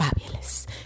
Fabulous